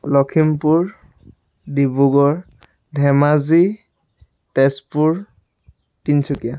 Lakhimpur Dibrugarh Dhemaji Tezpur Tinsukia